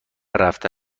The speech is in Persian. رفته